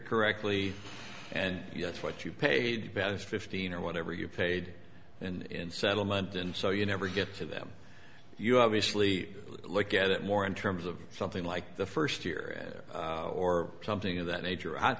correctly and yes what you paid bet is fifteen or whatever you paid in settlement and so you never get to them you obviously look at it more in terms of something like the first year or something of that nature